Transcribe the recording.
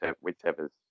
whichever